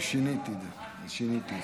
שיניתי, שיניתי.